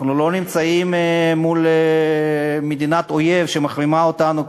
אנחנו לא נמצאים מול מדינת אויב שמחרימה אותנו,